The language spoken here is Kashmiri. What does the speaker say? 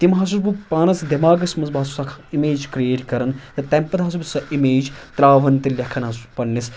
تِم ہَسا چھُس بہٕ پانَس دٮ۪ماغس منٛز بَہ چھُس اَکھ اِمیج کرٛیٹ کَران تہٕ تَمہِ پَتہٕ ہَسا چھُس بہٕ سۄ اِمیج ترٛاوَاان تہٕ لٮ۪کھن حظ چھُس پنٛنِس